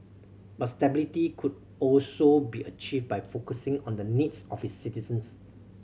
but stability could also be achieved by focusing on the needs of its citizens